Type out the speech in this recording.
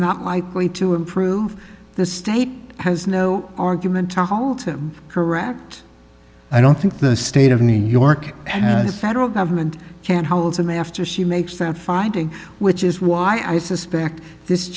not likely to improve the state has no argument to haul to correct i don't think the state of new york and the federal government can't howell's him after she makes that finding which is why i suspect this